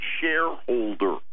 shareholder